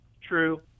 true